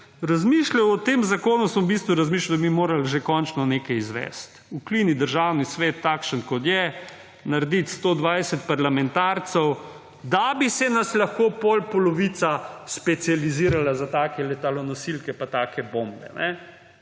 razmišljal o tem zakonu, sem v bistvu razmišljal, da bi mi morali že končno nekaj izvesti: ukini Državni svet, takšen kot je, narediti 120 parlamentarcev, da bi se nas lahko potem polovica specializirala za take letalonosilke pa take bombe.